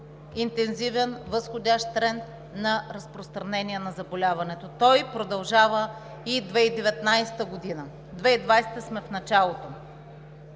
интензивен възходящ тренд на разпространение на заболяването. Той продължава 2019 г., в началото